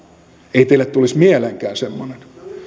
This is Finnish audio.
ei teille tulisi mieleenkään semmoinen